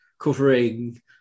covering